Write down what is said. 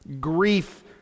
Grief